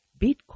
bitcoin